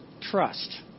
trust